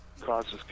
causes